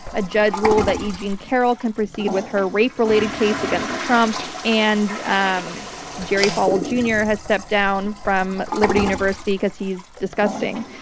a judge ruled that e. jean carroll can proceed with her rape-related case against trump and um jerry falwell, jr. has stepped down from liberty university because he is disgusting.